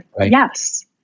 yes